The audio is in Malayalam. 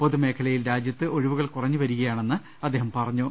പൊതുമേഖലയിൽ രാജ്യത്ത് ഒഴിവുകൾ കുറഞ്ഞുവരികയാണെന്ന് അദ്ദേഹം പറഞ്ഞു